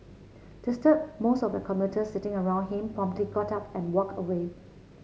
disturbed most of the commuters sitting around him promptly got up and walked away